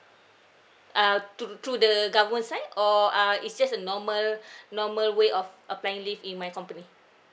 uh thr~ through the government side or uh it's just a normal normal way of applying leave in my company